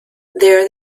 there